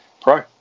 pro